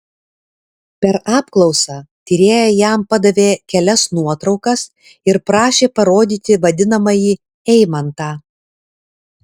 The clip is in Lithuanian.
per apklausą tyrėja jam padavė kelias nuotraukas ir prašė parodyti vadinamąjį eimantą